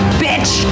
bitch